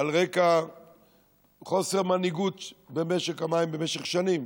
על רקע חוסר מנהיגות במשק המים במשך שנים,